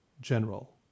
general